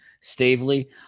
Stavely